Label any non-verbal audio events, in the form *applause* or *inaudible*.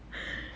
*breath*